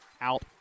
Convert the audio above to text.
out